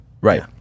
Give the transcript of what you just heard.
Right